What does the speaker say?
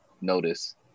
notice